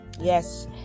Yes